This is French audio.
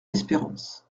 espérance